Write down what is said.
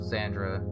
Sandra